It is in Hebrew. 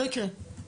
לא יקרה.